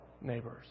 neighbors